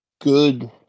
good